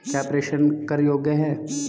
क्या प्रेषण कर योग्य हैं?